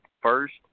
first